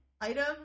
item